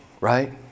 right